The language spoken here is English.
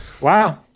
wow